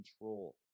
control